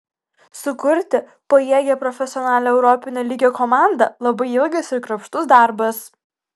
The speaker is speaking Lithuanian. sukurti pajėgią profesionalią europinio lygio komandą labai ilgas ir kruopštus darbas